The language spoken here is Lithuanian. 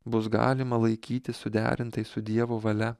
bus galima laikyti suderintais su dievo valia